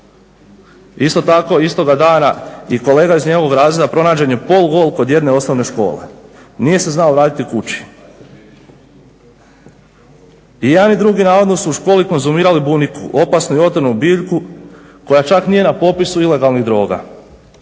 Isto tako istoga dana i kolega iz njegovog razreda pronađen je polugol kod jedne osnovne škole. Nije se znao vratiti kući. I jedan i drugi navodno su u školi konzumirali buniku, opasnu i otrovnu biljku koja čak nije na popisu ilegalnih droga.